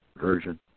Version